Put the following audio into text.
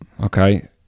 Okay